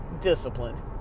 disciplined